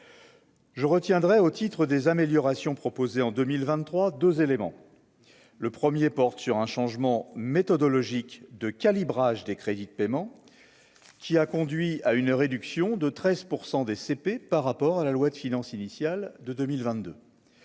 Je retiendrai au titre des améliorations proposées en 2023 2 éléments : le 1er porte sur un changement méthodologique de calibrage des crédits de paiement qui a conduit à une réduction de 13 pour 100 des CP par rapport à la loi de finances initiale de 2022